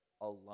alone